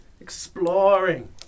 exploring